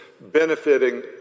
benefiting